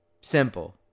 Simple